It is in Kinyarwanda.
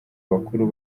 bakuru